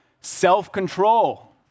self-control